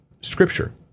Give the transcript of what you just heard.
Scripture